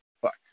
Fuck